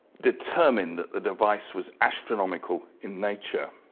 determined that the device was astronomical in nature.